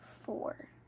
four